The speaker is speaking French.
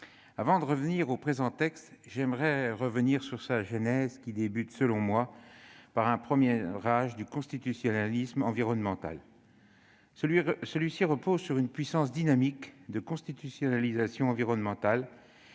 Avant d'aborder le présent texte, j'aimerais revenir sur sa genèse, liée, selon moi, à un premier âge du constitutionnalisme environnemental. Celui-ci repose sur une puissante dynamique de constitutionnalisation environnementale.